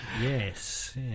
yes